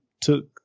took